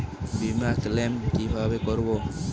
বিমা ক্লেম কিভাবে করব?